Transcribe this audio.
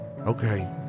Okay